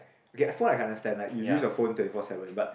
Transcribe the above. okay phone I can understand like you use your phone twenty four seven but